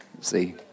See